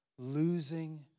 Losing